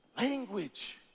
language